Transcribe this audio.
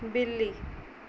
ਬਿੱਲੀ